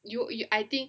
you you I think